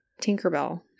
Tinkerbell